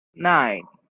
nine